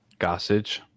Gossage